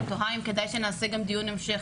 אני תוהה אם כדאי שנעשה גם דיון המשך